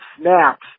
snaps